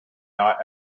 not